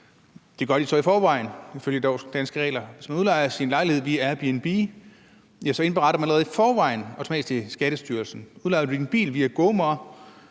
Det gør man så i forvejen ifølge de danske regler. Hvis man udlejer sin lejlighed via Airbnb, indberetter man det allerede i forvejen automatisk til Skattestyrelsen. Udlejer man sin bil via GoMore,